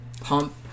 pump